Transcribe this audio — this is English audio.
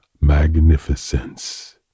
magnificence